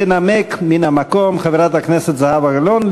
תנמק מן המקום חברת הכנסת זהבה גלאון.